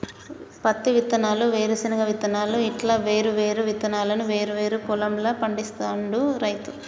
పత్తి విత్తనాలు, వేరుశన విత్తనాలు ఇట్లా వేరు వేరు విత్తనాలను వేరు వేరు పొలం ల పండిస్తాడు రైతు